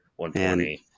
120